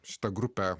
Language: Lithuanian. šita grupe